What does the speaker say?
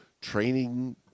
training